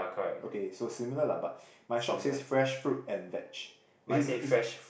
okay so similar lah but my shop says fresh food and vegs is is is not